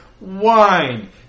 wine